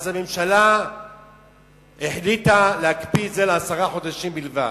הממשלה החליטה להקפיא את זה לעשרה חודשים בלבד.